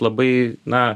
labai na